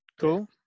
Cool